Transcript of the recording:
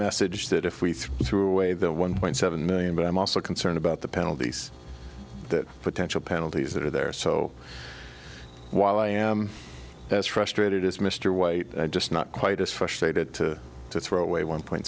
message that if we threw away that one point seven million but i'm also concerned about the penalties that potential penalties are there so while i am as frustrated as mr wait i'm just not quite as frustrated to to throw away one point